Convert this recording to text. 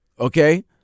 okay